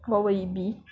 what would it be